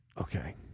Okay